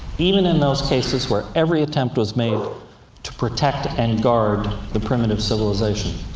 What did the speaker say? even in those cases where every attempt was made to protect and guard the primitive civilization.